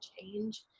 change